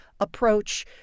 approach